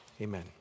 amen